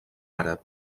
àrab